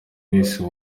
wese